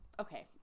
Okay